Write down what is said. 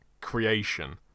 creation